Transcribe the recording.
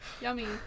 yummy